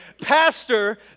Pastor